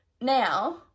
now